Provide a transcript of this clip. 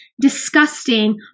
disgusting